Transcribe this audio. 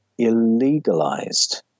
illegalized